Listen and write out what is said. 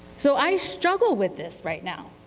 so, i struggle with this right now.